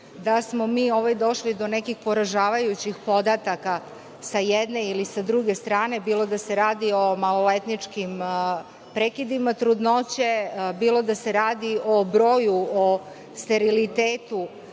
da smo mi došli do nekih poražavajući podataka sa jedne ili sa druge strane, bilo da se radi o maloletničkim prekidima trudnoće, bilo da se radi o broju, o sterilitetu